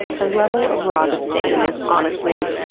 her level of raw disdain is, honestly,